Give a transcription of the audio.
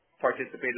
participated